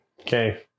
Okay